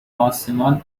آسمان